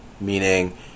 meaning